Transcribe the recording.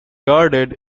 guarded